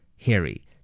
Harry